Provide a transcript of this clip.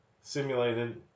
Simulated